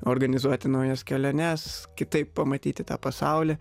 organizuoti naujas keliones kitaip pamatyti tą pasaulį